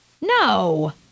No